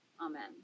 amen